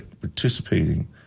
participating